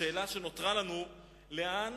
השאלה שנותרה לנו היא לאן